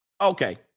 Okay